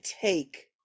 take